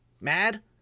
mad